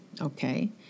okay